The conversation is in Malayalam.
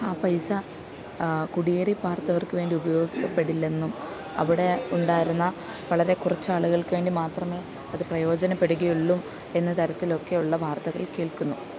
ആ പൈസ കുടിയേറി പാര്ത്തവര്ക്ക് വേണ്ടി ഉപയോഗിക്കപ്പെടില്ലെന്നും അവിടെ ഉണ്ടായിരുന്ന വളരെ കുറച്ചു ആളുകള്ക്ക് വേണ്ടി മാത്രമേ അത് പ്രയോജനപ്പെടുകയുള്ളൂ എന്ന തരത്തിലൊക്കെയുള്ള വാര്ത്തകള് കേള്ക്കുന്നു